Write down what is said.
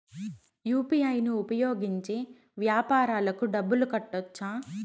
UPI ను ఉపయోగించి వ్యాపారాలకు డబ్బులు కట్టొచ్చా?